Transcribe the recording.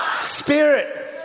spirit